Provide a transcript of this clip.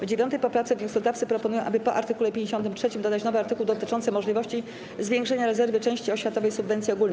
W 9. poprawce wnioskodawcy proponują, aby po art. 53 dodać nowy artykuł dotyczący możliwości zwiększenia rezerwy części oświatowej subwencji ogólnej.